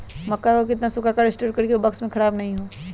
मक्का को कितना सूखा कर स्टोर करें की ओ बॉक्स में ख़राब नहीं हो?